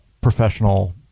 professional